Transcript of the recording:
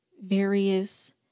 various